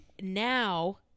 now